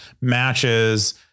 matches